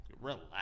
relax